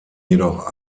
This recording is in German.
jedoch